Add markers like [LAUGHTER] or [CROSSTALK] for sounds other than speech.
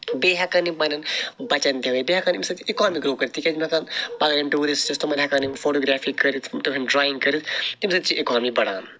تہٕ بیٚیہِ ہیٚکَن یِم پَننیٚن بَچَن تہِ ہٲیِتھ بیٚیہِ ہیٚکَن اَمہِ سۭتۍ [UNINTELLIGIBLE] تِکیٛاز یِم ہیٚکن پگاہ یِن ٹیٛورِسٹٕس تِمن ہیٚکَن یِم فوٹوگرٛافی کٔرِتھ تہنٛدۍ ڈرٛایِنٛگ کٔرِتھ تَمہِ سۭتۍ تہِ چھِ اکانمی بَڑھان